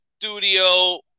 studio